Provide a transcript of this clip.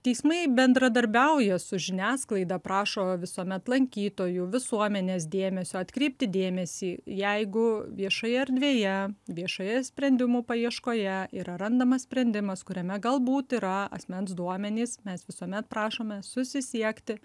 teismai bendradarbiauja su žiniasklaida prašo visuomet lankytojų visuomenės dėmesio atkreipti dėmesį jeigu viešoje erdvėje viešoje sprendimų paieškoje yra randamas sprendimas kuriame galbūt yra asmens duomenys mes visuomet prašome susisiekti